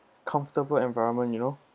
comfortable environment you know